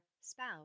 spouse